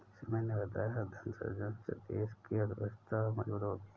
सुमित ने बताया धन सृजन से देश की अर्थव्यवस्था और मजबूत होगी